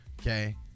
okay